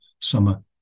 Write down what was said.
summer